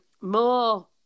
more